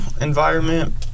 environment